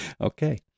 Okay